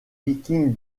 vikings